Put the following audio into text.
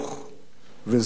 וחקוק